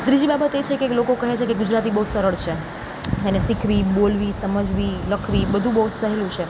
ત્રીજી બાબત એ છે કે લોકો કહે છે કે ગુજરાતી બહુ સરળ છે એને શીખવી બોલવી સમજવી લખવી બધું બહુ સહેલું છે